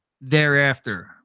thereafter